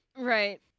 Right